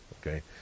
Okay